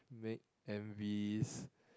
make M_Vs